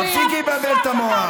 תפסיקי לבלבל את המוח.